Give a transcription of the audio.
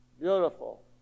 Beautiful